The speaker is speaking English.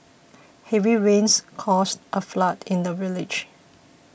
heavy rains caused a flood in the village